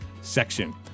section